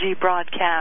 broadcast